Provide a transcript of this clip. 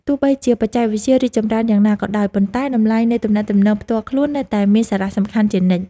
ទោះបីជាបច្ចេកវិទ្យារីកចម្រើនយ៉ាងណាក៏ដោយ ប៉ុន្តែតម្លៃនៃទំនាក់ទំនងផ្ទាល់មាត់នៅតែមានសារៈសំខាន់ជានិច្ច។